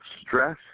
stress